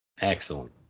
Excellent